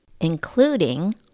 including